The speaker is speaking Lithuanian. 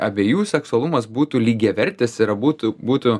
abiejų seksualumas būtų lygiavertis ir būtų būtų